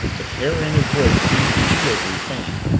the terror in his voice seemed too real to be feigned.